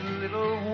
little